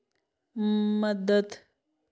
मदद